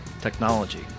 technology